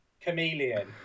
Chameleon